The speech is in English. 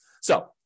So-